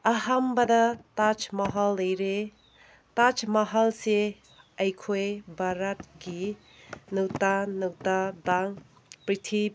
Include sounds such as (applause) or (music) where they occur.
ꯑꯍꯥꯟꯕꯗ ꯇꯥꯖ ꯃꯍꯜ ꯂꯩꯔꯦ ꯇꯥꯖ ꯃꯍꯜꯁꯦ ꯑꯩꯈꯣꯏ ꯚꯥꯔꯠꯀꯤ (unintelligible)